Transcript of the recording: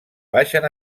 baixen